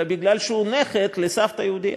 אלא כי הוא נכד לסבתא יהודייה.